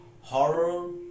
horror